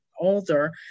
older